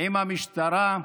עם המשטרה,